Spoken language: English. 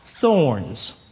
thorns